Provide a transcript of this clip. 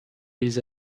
les